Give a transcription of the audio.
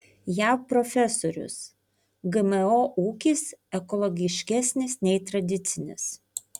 jav profesorius gmo ūkis ekologiškesnis nei tradicinis